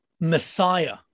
messiah